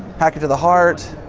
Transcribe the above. packed to the heart,